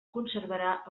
conservarà